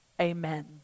Amen